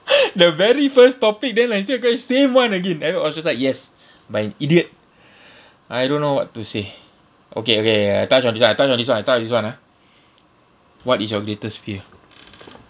the very first topic then I say okay same [one] again have you been ostracised yes by an idiot I don't know what to say okay okay I touch on this [one] I touch on this [one] I touch on this [one] ah what is your greatest fear